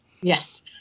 Yes